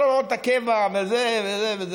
כל הוראות הקבע וזה וזה.